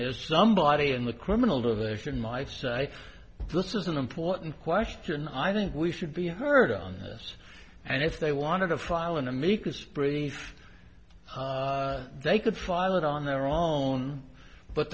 is somebody in the criminal division might say this is an important question i think we should be heard on this and if they wanted to file an amicus brief they could file it on their own but